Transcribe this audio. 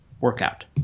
workout